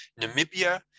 Namibia